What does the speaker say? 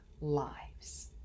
lives